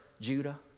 Judah